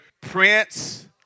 Prince